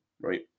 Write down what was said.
right